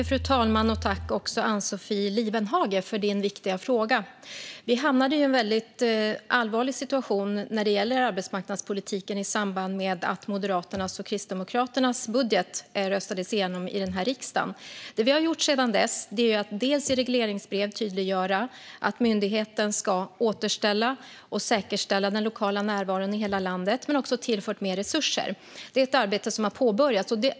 Fru talman! Jag tackar Ann-Sofie Lifvenhage för hennes viktiga fråga. Vi hamnade i en väldigt allvarlig situation när det gäller arbetsmarknadspolitiken i samband med att Moderaternas och Kristdemokraternas budget röstades igenom i denna riksdag. Det som vi har gjort sedan dess är att i regleringsbrev tydliggöra att myndigheten ska återställa och säkerställa den lokala närvaron i hela landet. Men vi har också tillfört mer resurser. Detta är ett arbete som har påbörjats.